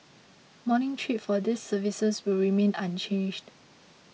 morning trips for these services will remain unchanged